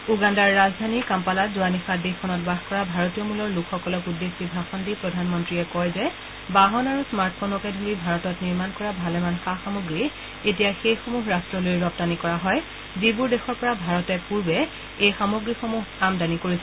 উগাণ্ডাৰ ৰাজধানী কাম্পালাত যোৱা নিশা দেশখনত বাস কৰা ভাৰতীয় মূলৰ লোকসকলক উদ্দেশ্যি ভাষণ দি প্ৰধানমন্ত্ৰীয়ে কয় যে বাহন আৰু স্মাৰ্ট ফোনকে ধৰি ভাৰতত নিৰ্মাণ কৰা ভালেমান সা সামগ্ৰী এতিয়া সেইসমূহ ৰাট্টলৈ ৰপ্তানী কৰা হয় যিবোৰ দেশৰ পৰা ভাৰতে পূৰ্বে সেই সামগ্ৰীসমূহ আমদানী কৰিছিল